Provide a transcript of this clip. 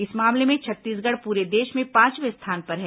इस मामले में छत्तीसगढ़ पूरे देश में पांचवें स्थान पर है